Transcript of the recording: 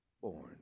born